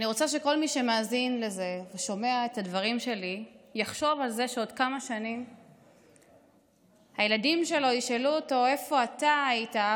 כמה שנים הילדים שלו ישאלו אותו: איפה אתה היית,